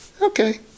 Okay